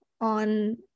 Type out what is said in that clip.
on